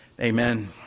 Amen